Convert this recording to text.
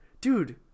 dude